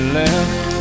left